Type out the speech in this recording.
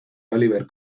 oliver